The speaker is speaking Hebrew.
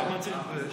למה אני צריך להתבייש?